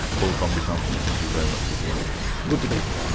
paul comrie thomson, thank you very much for joining us. good to be here, alan.